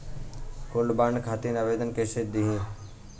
Gold bond खातिर आवेदन कैसे दिही?